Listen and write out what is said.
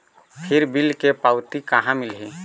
फिर बिल के पावती कहा मिलही?